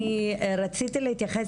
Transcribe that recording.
רציתי להתייחס,